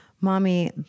mommy